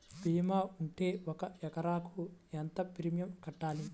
భీమా ఉంటే ఒక ఎకరాకు ఎంత ప్రీమియం కట్టాలి?